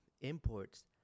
imports